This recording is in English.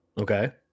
Okay